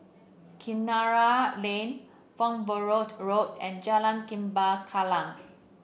Kinara Lane Farnborough Road and Jalan Lembah Kallang